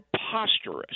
preposterous